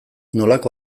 nolako